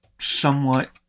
somewhat